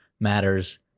matters